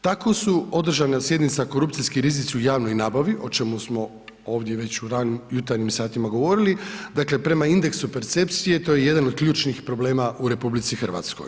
Tako su održana sjednica Korupcijski rizici u javnoj nabavi o čemu smo ovdje već u ranim jutarnjim satima govorili, dakle prema indeksu percepcije to je jedan od ključnih problema u RH.